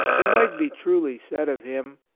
it might be truly said of him,